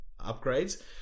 upgrades